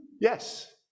Yes